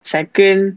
Second